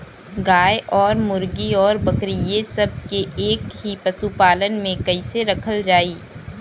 गाय और मुर्गी और बकरी ये सब के एक ही पशुपालन में कइसे रखल जाई?